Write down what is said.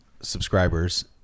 subscribers